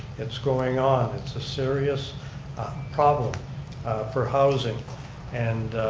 it's going on. it's a serious problem for housing and